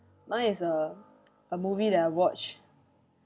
mine is a a movie that I watched